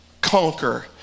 conquer